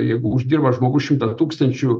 jeigu uždirba žmogus šimtą tūkstančių